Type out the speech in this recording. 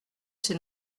c’est